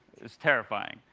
it was terrifying.